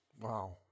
Wow